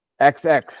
XX